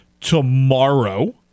tomorrow